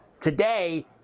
today